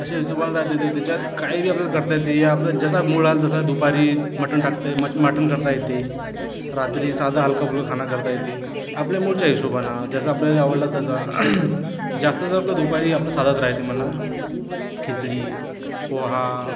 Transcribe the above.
अशा हिशोबाने राहते ते तेच्यात काही बी आपल्याला करता येते हे आपलं जसा मूड आला जसं दुपारी मटन टाकतंय मटन करता येते रात्री साधा हलकाफुलका खाना करता येते आपल्या मूडच्या हिशेबानं जसं आपल्याला आवडलं तसं जास्त जर तर दुपारी आपल्या साधंच राहतेय म्हणा खिचडी पोहा